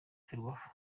ferwafa